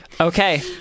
Okay